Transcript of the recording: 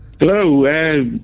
Hello